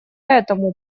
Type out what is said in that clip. этому